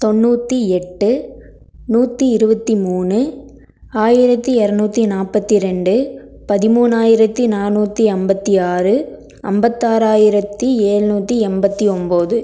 தொண்ணூற்றி எட்டு நூற்றி இருபத்தி மூணு ஆயிரத்து இரநூத்தி நாற்பத்தி ரெண்டு பதிமூணாயிரத்து நானூற்றி ஐம்பத்தி ஆறு ஐம்பத்தாறாயிரத்தி ஏழ்நூத்தி எம்பத்து ஒம்பது